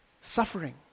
Suffering